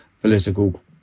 political